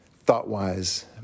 thought-wise